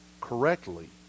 correctly